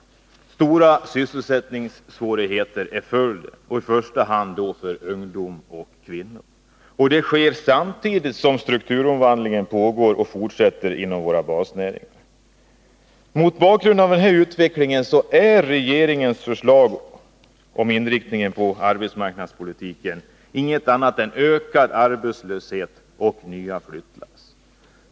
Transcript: Stora sysselsättningssvårigheter blir följden, i första hand för ungdom och kvinnor. Detta sker samtidigt som strukturomvandlingen fortsätter inom våra basnäringar. Mot bakgrund av den här utvecklingen ger regeringens förslag om inriktningen av arbetsmarknadspolitiken ingenting annat än ökad arbetslöshet och nya flyttlass.